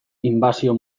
inbasio